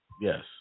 Yes